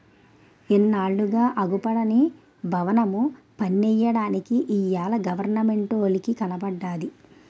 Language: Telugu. ఇన్నాళ్లుగా అగుపడని బవనము పన్నెయ్యడానికి ఇయ్యాల గవరమెంటోలికి కనబడ్డాది